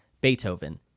Beethoven